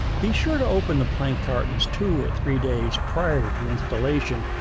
be sure to open the plank cartons two or three days prior to installation,